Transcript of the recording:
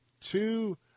two